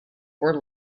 were